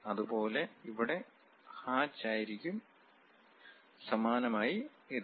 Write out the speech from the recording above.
അതുപോലെ ഇവിടെ ഹാച്ച് ആയിരിക്കും സമാനമായി ഇത്